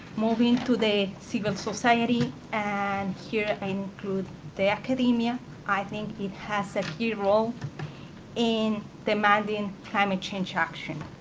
moving to the civil society and here i include the academia i think it has a key role in demanding climate change action,